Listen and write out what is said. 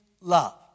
love